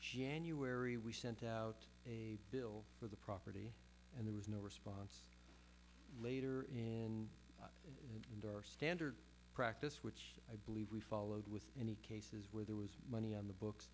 january we sent out a bill for the property and there was no response later in door standard practice which i believe we followed with in the cases where there was money on the books